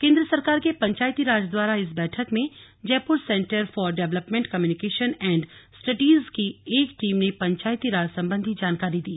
केंद्र सरकार के पंचायती राज द्वारा इस बैठक में Jaipur centre for development communication एडं स्टडीज की एक टीम ने पंचायती राज संबंधी जानकारी दी